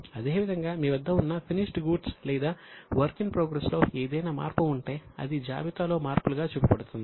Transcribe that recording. అదే విధంగా మీ వద్ద ఉన్న ఫినిష్డ్ గూడ్స్ లేదా వర్క్ ఇన్ ప్రోగ్రెస్ లో ఏదైనా మార్పు ఉంటే అది జాబితాలో మార్పులుగా చూపబడుతుంది